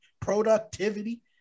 productivity